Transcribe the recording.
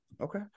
Okay